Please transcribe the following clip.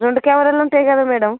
రెండు కెమెరాలు ఉంటాయి కదా మేడం